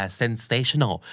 sensational